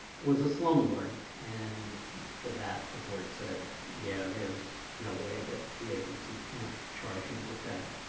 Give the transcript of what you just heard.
was a slumlord. and for that, the board said, yeah. there's no way that the agency can't charge him with that.